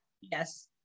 Yes